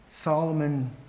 Solomon